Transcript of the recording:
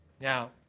Now